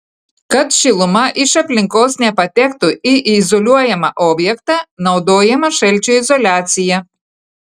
kad šiluma iš aplinkos nepatektų į izoliuojamą objektą naudojama šalčio izoliacija